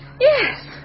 Yes